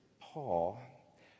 Paul